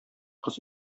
кыз